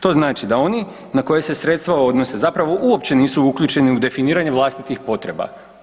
To znači da oni na koje se sredstva odnose zapravo uopće nisu uključeni u definiranje vlastitih potreba.